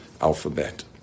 alphabet